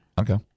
Okay